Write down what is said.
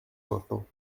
maintenant